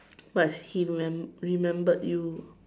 but he remem~ remembered you